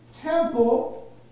temple